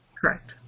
Correct